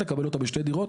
לקבל אותה בשתי דירות,